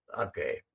okay